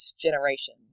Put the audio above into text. generation